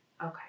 Okay